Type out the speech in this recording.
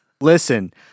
Listen